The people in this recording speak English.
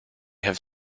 have